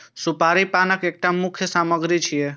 सुपारी पानक एकटा मुख्य सामग्री छियै